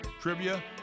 trivia